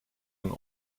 een